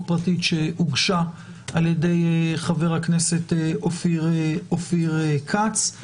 פרטית שהוגשה על ידי חבר הכנסת אופיר כץ.